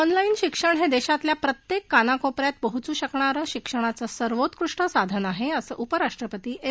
ऑनला उ शिक्षण हे देशातल्या प्रत्येक कानाकोप यात पोचू शकणारं शिक्षणाचं सर्वोत्कृष्ठ साधन आहे असं उपराष्ट्रपती एम